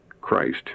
Christ